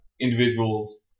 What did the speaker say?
individuals